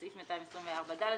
בסעיף 224(ד),